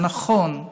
זה נכון.